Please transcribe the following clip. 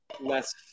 less